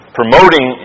promoting